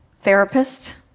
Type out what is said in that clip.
therapist